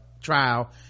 trial